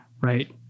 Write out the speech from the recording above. right